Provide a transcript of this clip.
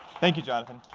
thank you, jonathan.